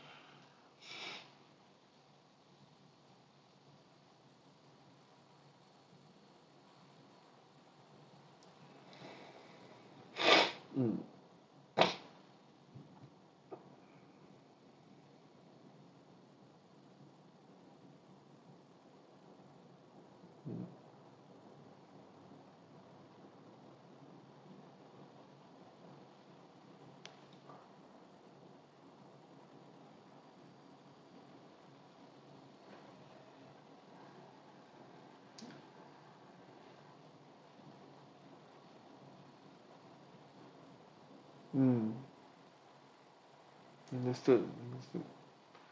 mm mm understood understood